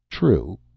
true